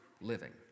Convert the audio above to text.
living